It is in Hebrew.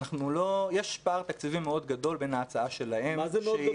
יש פער תקציבי מאוד גדול בין ההצעה שלהם --- מה זה "מאוד גדול"?